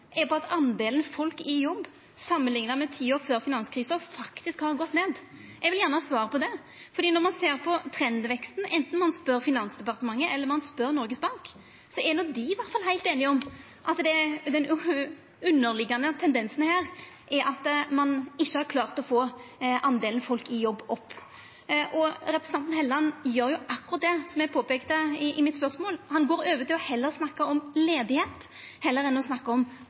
Eg stiller rett og slett berre spørsmål om kva som er representanten Helleland si forklaring på at delen folk i jobb, samanlikna med ti år før finanskrisa, faktisk har gått ned. Eg vil gjerne ha svar på det, for når ein ser på trendveksten, er det sånn at anten ein spør Finansdepartementet eller ein spør Noregs Bank, er dei i alle fall heilt einige om at den underliggjande tendensen her er at ein ikkje har klart å få delen folk i jobb opp. Representanten Helleland gjer akkurat det som eg påpeikte i mitt spørsmål, han går over til å snakka om arbeidsløyse heller enn å